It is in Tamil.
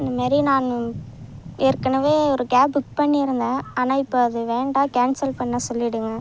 இந்தமாரி நான் ஏற்கனவே ஒரு கேப் புக் பண்ணியிருந்தேன் ஆனால் இப்போ அது வேண்டாம் கேன்சல் பண்ண சொல்லிவிடுங்க